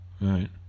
Right